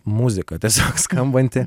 muzika tiesiog skambanti